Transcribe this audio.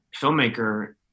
filmmaker